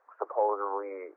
supposedly